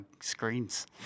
screens